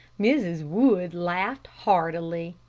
mrs. wood laughed heartily.